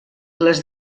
les